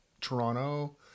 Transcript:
Toronto